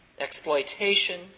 exploitation